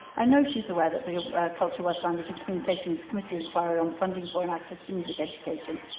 i know she's aware that the culture, welsh language and communications committee inquiry on funding for and access to music education,